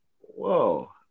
Whoa